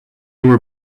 were